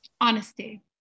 honesty